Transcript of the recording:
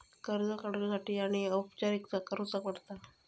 कर्ज काडुच्यासाठी काय औपचारिकता करुचा पडता?